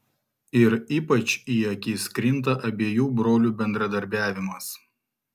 ir ypač į akis krinta abiejų brolių bendradarbiavimas